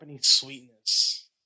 sweetness